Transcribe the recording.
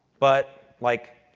but like,